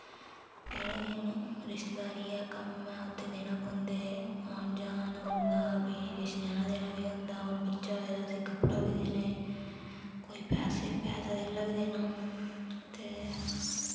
जेह्ड़ा के हुन रिश्तेदारी ऐ कम्म ऐ उत्थै देना पौंदे आन जान होंदा फ्ही किश देना देना बी होंदा हुन बच्चा होए दा उसी कपड़े बी देने पैसे पैसा धेल्ला बी देना ते